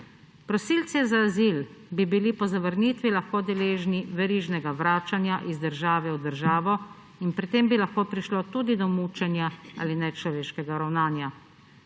Prosilci za azil bi bili po zavrnitvi lahko deležni verižnega vračanja iz države v državo in pri tem bi lahko prišlo tudi do mučenja ali nečloveškega ravnanja,